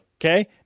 Okay